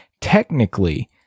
technically